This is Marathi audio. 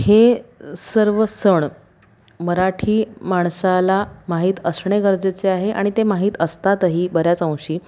हे सर्व सण मराठी माणसाला माहीत असणे गरजेचे आहे आणि ते माहीत असतातही बऱ्याच अंशी